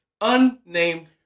Unnamed